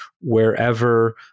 wherever